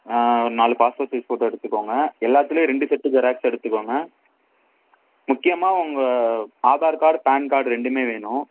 ஆ நாலு ஒரு passport size photo எடுத்துக்கங்க எல்லாத்துலேயும் ரெண்டு செட்டு ஜெராக்ஸ் எடுத்துக்கங்க முக்கியமாக உங்கள் ஆதார் கார்டு பேன் கார்டு ரெண்டும் வேணும்